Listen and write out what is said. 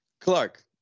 Clark